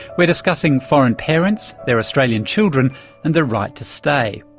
we're discussing foreign parents, their australian children and their right to stay.